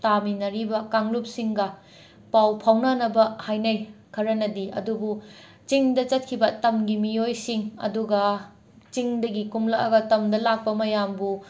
ꯇꯥꯃꯤꯟꯅꯔꯤꯕ ꯀꯥꯡꯂꯨꯞꯁꯤꯡꯒ ꯄꯥꯎ ꯐꯥꯎꯅꯅꯕ ꯍꯥꯏꯅꯩ ꯈꯔꯅꯗꯤ ꯑꯗꯨꯕꯨ ꯆꯤꯡꯗ ꯆꯠꯈꯤꯕ ꯇꯝꯒꯤ ꯃꯤꯑꯣꯏꯁꯤꯡ ꯑꯗꯨꯒ ꯆꯤꯡꯗꯒꯤ ꯀꯨꯝꯂꯛꯑꯒ ꯇꯝꯗ ꯂꯥꯛꯄ ꯃꯌꯥꯝꯕꯨ